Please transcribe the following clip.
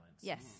Yes